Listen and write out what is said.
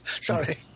Sorry